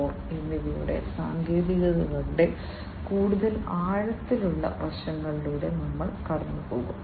0 എന്നിവയുടെ സാങ്കേതികതകളുടെ കൂടുതൽ ആഴത്തിലുള്ള വശങ്ങളിലൂടെ ഞങ്ങൾ പോകും